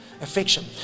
affection